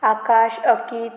आकाश अकीत